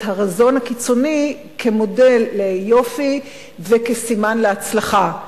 הרזון הקיצוני כמודל ליופי וכסימן להצלחה,